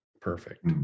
perfect